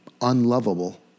unlovable